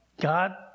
God